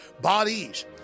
Bodies